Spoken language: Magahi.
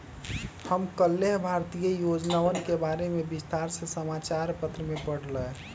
हम कल्लेह भारतीय योजनवन के बारे में विस्तार से समाचार पत्र में पढ़ लय